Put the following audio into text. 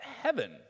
heaven